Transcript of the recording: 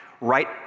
right